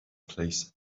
place